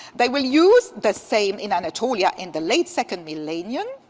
they will use the same in anatolia in the late second millennium.